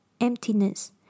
emptiness